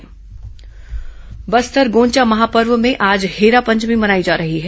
बस्तर गोंचा महापर्व बस्तर गोंचा महापर्व में आज हेरा पंचमी मनाई जा रही है